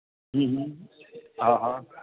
હમમ હા હા